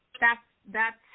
that's—that's